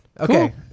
Okay